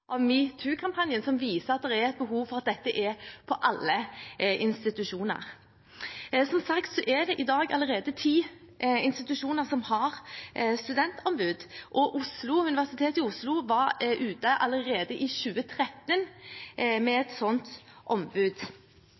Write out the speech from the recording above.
av metoo-kampanjen, som viser at det er et behov for at dette finnes på alle institusjoner. Som sagt er det allerede i dag ti institusjoner som har studentombud, og Universitetet i Oslo var allerede i 2013 ute med et slikt ombud.